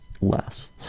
less